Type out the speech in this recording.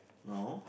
no